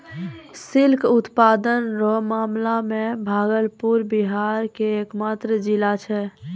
silk उत्पादन रो मामला मे भागलपुर बिहार के एकमात्र जिला छै